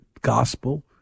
gospel